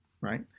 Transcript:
right